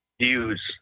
views